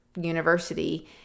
university